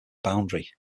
boundary